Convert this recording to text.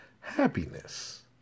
happiness